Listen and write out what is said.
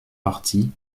partie